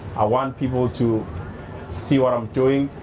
i want people to see what i'm doing,